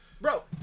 Bro